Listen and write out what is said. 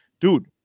dude